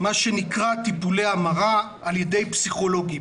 מה שנקרא טיפולי המרה על ידי פסיכולוגים.